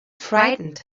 frightened